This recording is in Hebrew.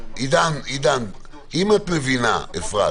אם את מבינה, אפרת,